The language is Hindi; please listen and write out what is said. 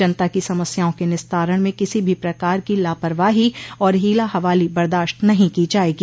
जनता की समस्याओं के निस्तारण में किसी भी प्रकार की लापरवाही और हीला हवाली बर्दाश्त नहीं की जायेगी